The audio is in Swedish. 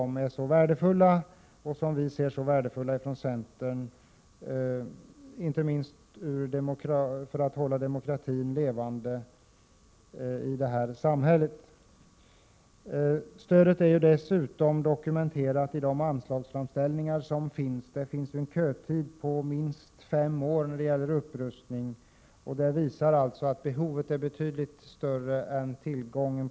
Vi i centern anser detta stöd värdefullt, inte minst för att hålla demokratin i samhället levande. Stödet är dessutom dokumenterat i dé anslagsframställningar som finns. När det gäller upprustning av dessa lokaler är kötiden minst fem år. Det visar att behovet av resurser är betydligt större än tillgången.